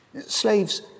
slaves